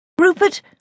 Rupert